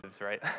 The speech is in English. right